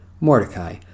Mordecai